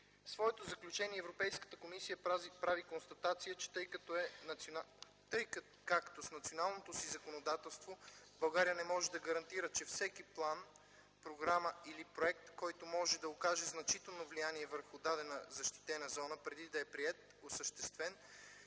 своето заключение Европейската комисия прави констатация, че тъй като с националното си законодателство България не може да гарантира, че всеки план, програма или проект, който може да окаже значително влияние върху дадена защитена зона преди да е приет/осъществен,